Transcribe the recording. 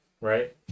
Right